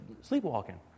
sleepwalking